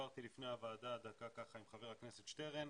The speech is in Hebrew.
דיברתי לפני הוועדה דקה עם חבר הכנסת שטרן,